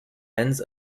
ends